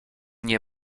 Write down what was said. nie